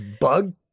bug